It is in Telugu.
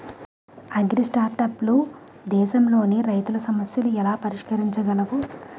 అగ్రిస్టార్టప్లు దేశంలోని రైతుల సమస్యలను ఎలా పరిష్కరించగలవు?